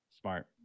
Smart